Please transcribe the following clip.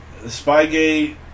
Spygate